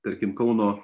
tarkim kauno